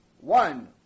One